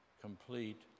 complete